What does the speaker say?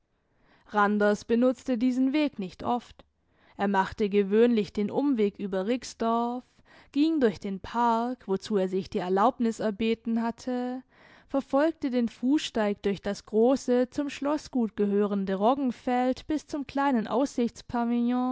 randers benutzte diesen weg nicht oft er machte gewöhnlich den umweg über rixdorf ging durch den park wozu er sich die erlaubnis erbeten hatte verfolgte den fusssteig durch das grosse zum schlossgut gehörende roggenfeld bis zum kleinen